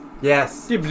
Yes